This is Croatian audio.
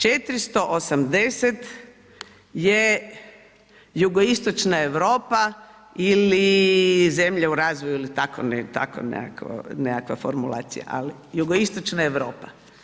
480 je jugoistočna Europa ili zemlje u razvoju ili tako nekakva formulacija ali jugoistočna Europa.